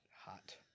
hot